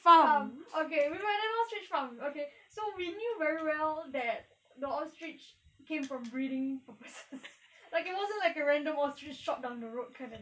farm okay we were at the ostrich farm okay so we knew very well that the ostrich came from breeding purposes like it wasn't a random ostrich shop down the road kind of thing